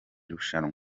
rushanwa